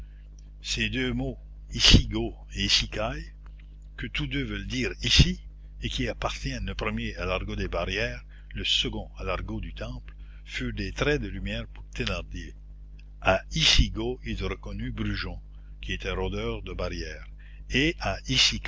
ces deux mots icigo et icicaille qui tous deux veulent dire ici et qui appartiennent le premier à l'argot des barrières le second à l'argot du temple furent des traits de lumière pour thénardier à icigo il reconnut brujon qui était rôdeur de barrières et à